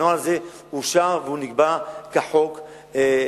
הנוהל הזה אושר והוא נקבע כחוק וכדין,